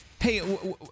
Hey